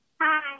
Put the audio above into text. Hi